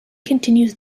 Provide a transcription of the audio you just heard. continues